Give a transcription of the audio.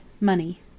MONEY